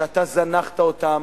שאתה זנחת אותם,